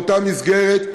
באותה מסגרת,